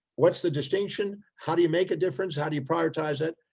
what's the distinction? how do you make a difference? how do you prioritize it?